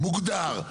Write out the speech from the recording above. מוגדר,